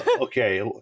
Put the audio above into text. Okay